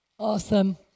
Awesome